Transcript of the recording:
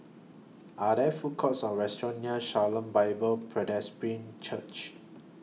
Are There Food Courts Or restaurants near Shalom Bible Presbyterian Church